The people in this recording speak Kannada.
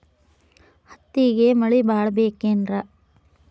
ಹತ್ತಿಗೆ ಮಳಿ ಭಾಳ ಬೇಕೆನ್ರ?